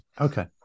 okay